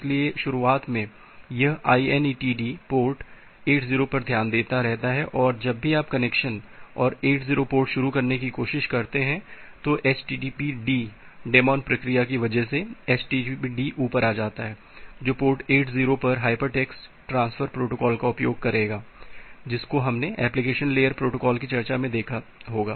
इसलिए शुरुआत में यह inetd पोर्ट 80 पर ध्यान देता रहता है और जब भी आप कनेक्शन और 80 पोर्ट शुरू करने की कोशिश करते हैं तो httpd डेमॉन प्रक्रिया की वजह से httpd ऊपर आ जाता है जो पोर्ट 80 पर हाइपरटेक्स्ट ट्रांसफर प्रोटोकॉल का उपयोग करेगा जिसको हमने एप्लिकेशन लेयर प्रोटोकॉल की चर्चा में देखा होगा